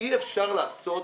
אי אפשר לעשות,